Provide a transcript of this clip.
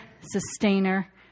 sustainer